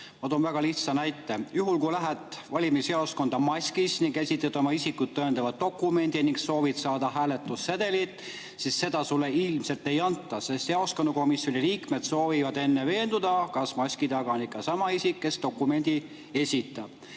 Ma toon väga lihtsa näite. Kui sa lähed valimisjaoskonda maskis, esitad isikut tõendava dokumendi ning soovid saada hääletussedelit, siis seda sulle ilmselt ei anta, sest jaoskonnakomisjoni liikmed soovivad enne veenduda, kas maski taga on ikka sama isik, kelle dokument [see